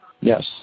Yes